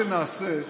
מה שנעשה,